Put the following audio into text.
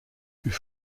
eût